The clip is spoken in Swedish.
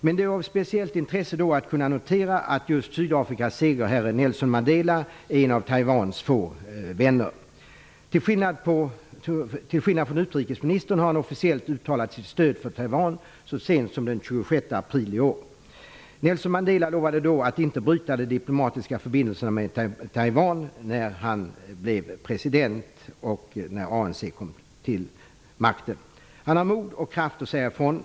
Det är av speciellt intresse att kunna notera att just Sydafrikas segerherre Nelson Mandela är en av Taiwans få vänner. Till skillnad från utrikesministern har han officiellt uttalat sitt stöd för Taiwan så sent som den 26 april i år. Nelson Mandela lovade då att inte bryta de diplomatiska förbindelserna med Taiwan när han blev president och ANC kom till makten. Han har mod och kraft att säga ifrån.